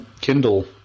Kindle